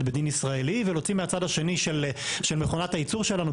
בדין ישראלי ולהוציא מהצד השני של מכונת הייצור שלנו,